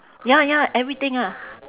ya ya everything ah